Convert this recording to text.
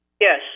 Yes